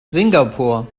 singapur